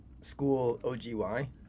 School-O-G-Y